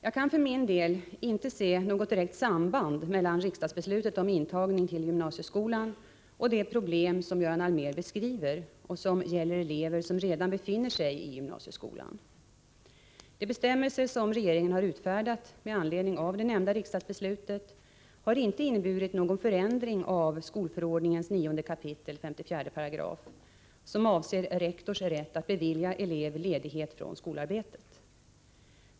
Jag kan för min del inte se något direkt samband mellan riksdagsbeslutet om intagning till gymnasieskolan och det problem som Göran Allmér 13 beskriver och som gäller elever som redan befinner sig i gymnasieskolan. De bestämmelser som regeringen har utfärdat med anledning av det nämnda riksdagsbeslutet har inte inneburit någon förändring av skolförordningens 9 kap. 54 §, som avser rektors rätt att bevilja elev ledighet från skolarbetet.